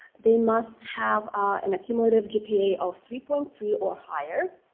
they must have an accumulative gpa of three point three or higher.